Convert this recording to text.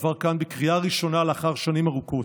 שעבר כאן בקריאה ראשונה לאחר שנים ארוכות.